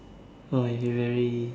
oh you very